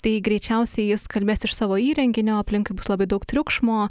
tai greičiausiai jis kalbės iš savo įrenginio aplinkui bus labai daug triukšmo